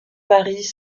paris